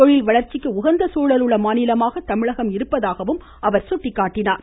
தொழில் வளர்ச்சிக்கு உகந்த சூழல் உள்ள மாநிலமாக தமிழகம் இருப்பதாகவும் அவர் குறிப்பிட்டார்